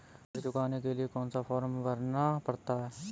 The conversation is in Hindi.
ऋण चुकाने के लिए कौन सा फॉर्म भरना पड़ता है?